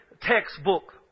textbook